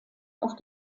auf